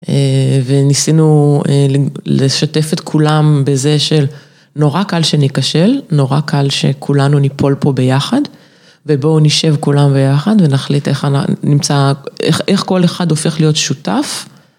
וניסינו לשתף את כולם בזה של נורא קל שנכשל, נורא קל שכולנו ניפול פה ביחד, ובואו נשב כולם ביחד ונחליט איך כל אחד הופך להיות שותף.